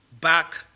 back